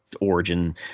origin